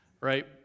right